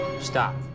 stop